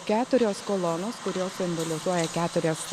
keturios kolonos kurios simbolizuoja keturias